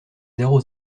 zéro